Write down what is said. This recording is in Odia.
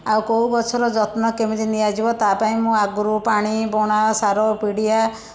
ଆଉ କେଉଁ ଗଛର ଯତ୍ନ କେମିତି ନିଆଯିବ ତା ପାଇଁ ମୁଁ ଆଗରୁ ପାଣି ପଣା ସାର ପିଡ଼ିଆ